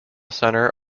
centre